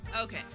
Okay